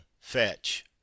fetch